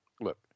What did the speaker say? look